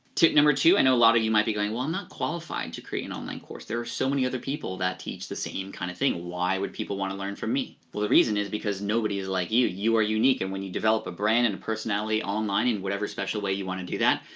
tip number two, i and know a lot of you might be going well i'm not qualified to create an online course, there are so many other people that teach the same kinda kind of thing, why would people wanna learn from me? well the reason is because nobody is like you. you are unique and when you develop a brand and a personality online in whatever special way you wanna do that,